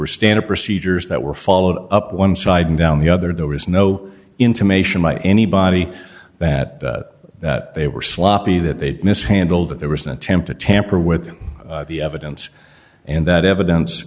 were standard procedures that were followed up one side and down the other there was no intimation by anybody that that they were sloppy that they mishandled that there was an attempt to tamper with the evidence and that evidence